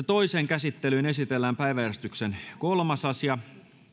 toiseen käsittelyyn esitellään päiväjärjestyksen kolmas asia